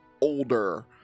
older